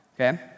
okay